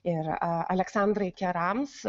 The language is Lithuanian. ir aleksandrai kerams